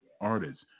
artists